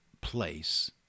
place